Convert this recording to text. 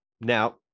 Now